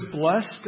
blessed